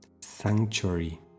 sanctuary